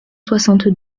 soixante